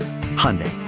Hyundai